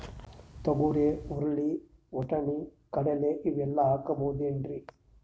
ತೊಗರಿ, ಹುರಳಿ, ವಟ್ಟಣಿ, ಕಡಲಿ ಇವೆಲ್ಲಾ ಹಾಕಬಹುದೇನ್ರಿ?